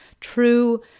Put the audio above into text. true